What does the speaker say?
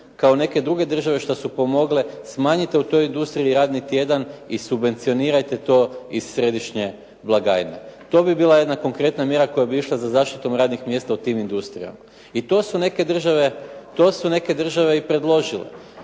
kao neke druge države što su pomogle, smanjite u toj industriji radni tjedan i subvencionirate to iz središnje blagajne. To bi bila jedna konkretna mjera koja bi išla za zaštitom radnih mjesta u tim industrijama i to su neke države i predložile.